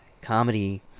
comedy